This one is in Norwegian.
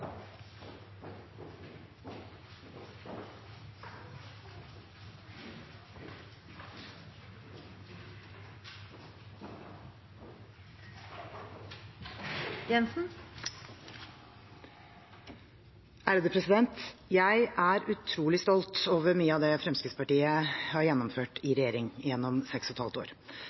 Jeg er utrolig stolt over mye av det Fremskrittspartiet har gjennomført i regjering gjennom seks og et halvt år.